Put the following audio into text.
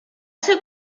ser